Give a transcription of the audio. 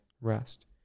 rest